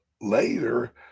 later